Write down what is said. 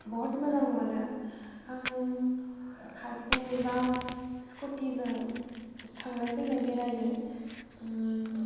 बहुत मोजां मोनो आं हारसिङैबा स्कुटिजों थांलाय फैलाय बेरायो